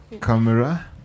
Camera